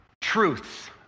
truths